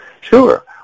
Sure